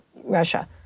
Russia